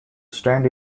stand